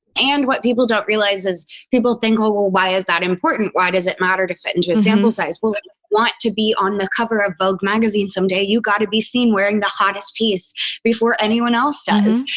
and what people don't realize is people think, oh, well, why is that important? why does it matter to fit into a sample size? well, if you want to be on the cover of vogue magazine someday. you got to be seen wearing the hottest piece before anyone else does.